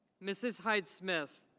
mrs. hyde smith.